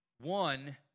one